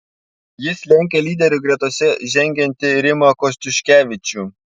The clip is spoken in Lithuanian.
jis lenkia lyderių gretose žengiantį rimą kostiuškevičių